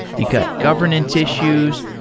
you got governance issues.